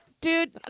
Dude